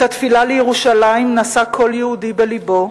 את התפילה לירושלים נשא כל יהודי בלבו,